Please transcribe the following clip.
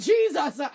Jesus